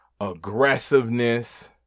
aggressiveness